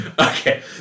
Okay